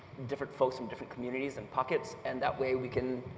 different folks from different communities and pockets and that way we can